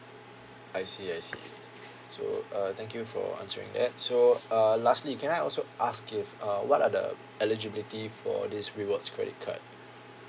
I see I see so uh thank you for answering that so uh lastly can I also ask if uh what are the eligibility for this rewards credit card